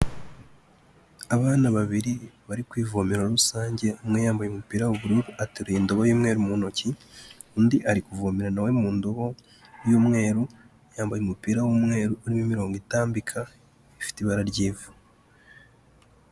Abana babiri bari kwivomera rusange, umwe yambaye umupira w'ubururu ateruye indobo y'umweru mu ntoki, undi ari kuvomera na we mu ndobo y'umweru, yambaye umupira w'umweru, urimo imirongo itambika, ifite ibara ry'ivu.